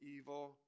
evil